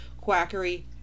quackery